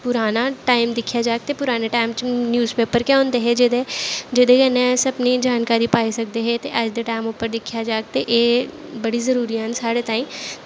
पुराना टाइम दिक्खेआ जाह्ग ते पुरानें टैम च न्यूज़ पेपर गै होंदे हे जेह्दे जेह्दे कन्नै अस अपनी जानकारी पाई सकदे हे ते अज्ज दे टैम पर दिक्खेआ जाह्ग ते ते एह् बड़ी जरूरी न साढ़े ताहीं